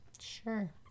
Sure